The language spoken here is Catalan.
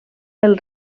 pel